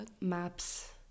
Maps